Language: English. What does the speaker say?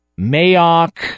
Mayock